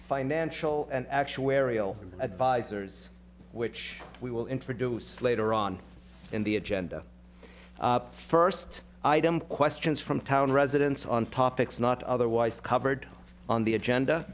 financial and actuarial advisors which we will introduce later on in the agenda first item questions from town residents on topics not otherwise covered on the agenda